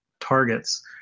targets